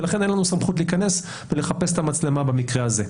ולכן אין לנו סמכות להיכנס ולחפש את המצלמה במקרה הזה.